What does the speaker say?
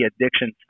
addiction